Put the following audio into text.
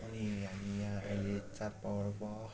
अनि हामी यहाँ अहिले चाड पर्व